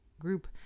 group